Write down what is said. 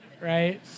right